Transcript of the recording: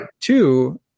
Two